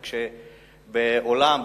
כי כשבעולם,